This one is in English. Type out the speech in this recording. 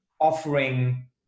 offering